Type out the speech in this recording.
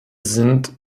sind